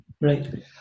Right